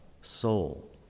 soul